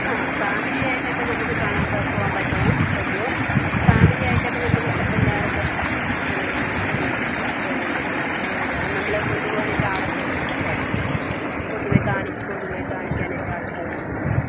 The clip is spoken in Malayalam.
ആ ഫാമിലിയായിട്ടൊക്കെ നമുക്ക് കാണാൻ പറ്റും പോകാൻ പറ്റുവോ പറ്റുമോ ഫാമിലിയായിട്ടൊക്കെ നമുക്ക് ക എല്ലാവർക്കും ആ ആ പോകാൻ പറ്റുവോ ആ നമ്മളെ കൊണ്ടുപോകാനൊക്കെ ആളൊക്കെ ഉണ്ടല്ലോ അല്ലേ കൊണ്ടുപോയി കാണിക്കാൻ കൊണ്ടുപോയി കാണിക്കാനൊക്കെ ആൾക്കാരൊക്കെ ഉണ്ടല്ലോ